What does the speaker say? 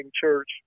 church